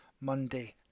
Monday